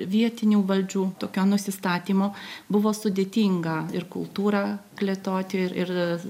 vietinių valdžių tokio nusistatymo buvo sudėtinga ir kultūrą plėtoti ir